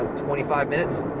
twenty five minutes?